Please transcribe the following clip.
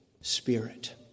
spirit